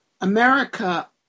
America